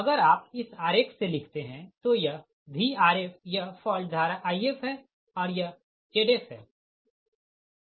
अगर आप इस आरेख से लिखते है तो यह Vrf यह फॉल्ट धारा If है और यह Zf है